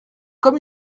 comme